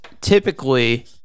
typically